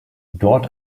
dort